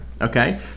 Okay